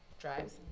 drives